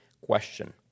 question